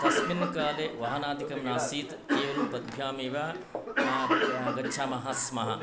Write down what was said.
तस्मिन् काले वाहनादिकं नासीत् केवलं पद्भ्यामेव गच्छामः स्मः